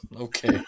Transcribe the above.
Okay